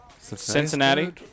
Cincinnati